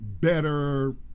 better